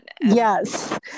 Yes